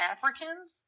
Africans